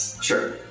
Sure